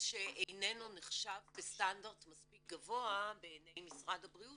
שאיננו נחשב בסטנדרט מספיק גבוה בעיני משרד הבריאות,